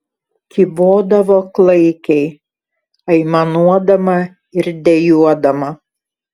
kybodavo klaikiai aimanuodama ir dejuodama